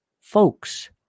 Folks